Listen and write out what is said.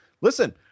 listen